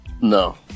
No